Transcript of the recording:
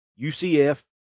UCF